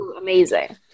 amazing